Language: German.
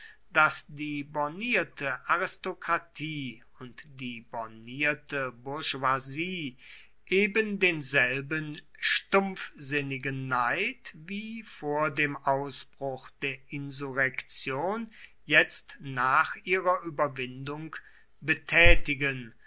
daß die bornierte aristokratie und die bornierte bourgeoisie ebendenselben stumpfsinnigen neid wie vor dem ausbruch der insurrektion jetzt nach ihrer überwindung betätigen